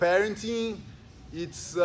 Parenting—it's